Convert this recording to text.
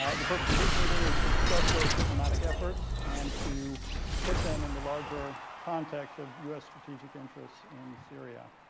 ah the purpose of this meeting is to discuss those diplomatic efforts and to put them in the larger context of u s. strategic interests in syria.